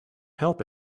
help